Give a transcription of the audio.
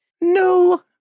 No